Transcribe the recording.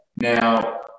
Now